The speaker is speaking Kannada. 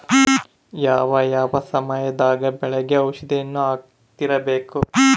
ಯಾವ ಯಾವ ಸಮಯದಾಗ ಬೆಳೆಗೆ ಔಷಧಿಯನ್ನು ಹಾಕ್ತಿರಬೇಕು?